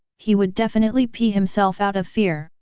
he would definitely pee himself out of fear.